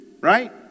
Right